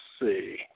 see